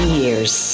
years